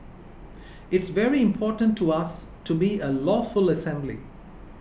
it's very important to us to be a lawful assembly